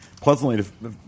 pleasantly